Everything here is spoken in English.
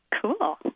Cool